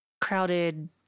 crowded